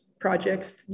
projects